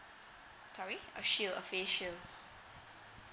sorry a shield a face shield